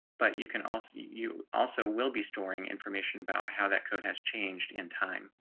but you can also, you also will be storing information about how that code has changed in time.